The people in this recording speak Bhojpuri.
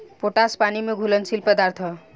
पोटाश पानी में घुलनशील पदार्थ ह